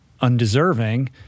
undeserving